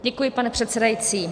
Děkuji, pane předsedající.